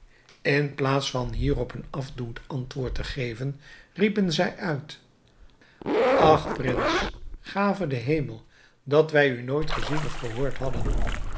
in plaats van hierop een afdoend antwoord te geven riepen zij uit ach prins gave de hemel dat wij u nooit gezien of gehoord hadden